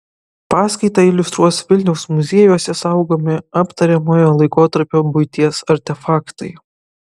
paskaitą iliustruos vilniaus muziejuose saugomi aptariamojo laikotarpio buities artefaktai